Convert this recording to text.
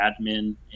admin